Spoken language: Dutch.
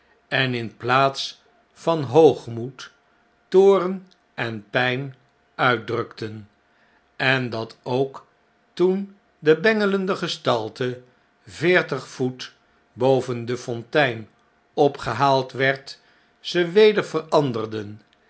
en in plaats van hoogmoed toorn en pijn uitdrukten en dat ook toen de bengelende gestalte veertig voet boven de fontein opgehaald werd ze weder